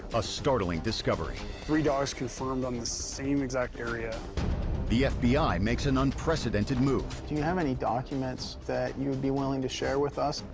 a startling discovery. three dogs confirmed on the same exact area. narrator the fbi makes an unprecedented move. do you have any documents that you would be willing to share with us?